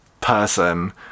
person